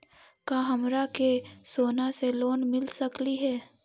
का हमरा के सोना से लोन मिल सकली हे?